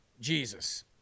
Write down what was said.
Jesus